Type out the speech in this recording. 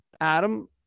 Adam